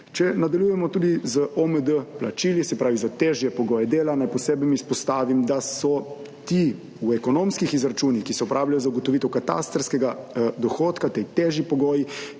Če nadaljujemo tudi z OMD plačili, se pravi za težje pogoje dela, naj posebej izpostavim, da so ti v ekonomskih izračunih, ki se uporabljajo za ugotovitev katastrskega dohodka. Ti težji pogoji